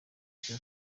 cya